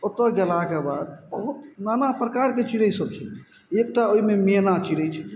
ओतऽ गेलाके बाद बहुत नाना प्रकारके चिड़य सब छलय एकटा ओइमे मेना चिड़य छलय